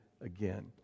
again